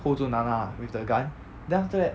hold 住 na na with the gun then after that